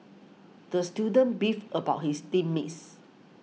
the student beefed about his team mates